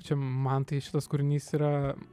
čia man tai šitas kūrinys yra